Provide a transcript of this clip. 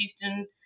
Houston